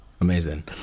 Amazing